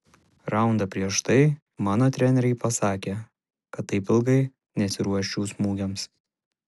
raundą prieš tai mano treneriai pasakė kad taip ilgai nesiruoščiau smūgiams